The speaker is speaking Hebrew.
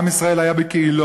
עם ישראל היה תמיד בקהילות,